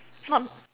not